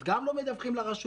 אז גם לא מדווחים לרשויות,